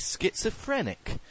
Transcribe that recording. schizophrenic